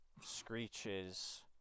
screeches